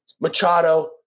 Machado